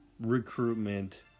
recruitment